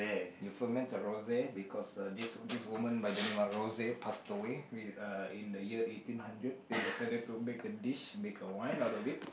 you ferment a rose because uh this this women by the name of rose passed away uh in the year eighteen hundred they decided to make a dish make a wine out of it